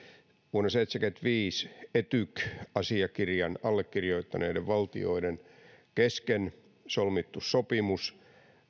vuonna seitsemänkymmentäviisi etyk asiakirjan allekirjoittaneiden valtioiden kesken solmittu sopimus